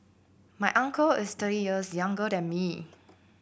my uncle is thirty years younger than me